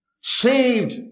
saved